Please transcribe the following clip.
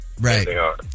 Right